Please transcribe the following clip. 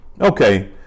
okay